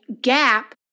gap